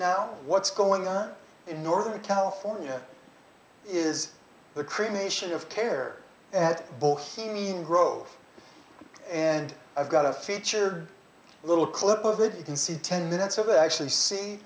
now what's going on in northern california is the cremation of care at bohemian grove and i've got a featured little clip of it you can see ten minutes of actually see